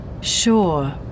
Sure